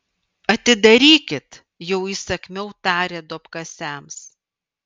atidarykit jau įsakmiau tarė duobkasiams